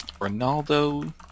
ronaldo